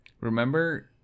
Remember